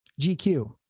gq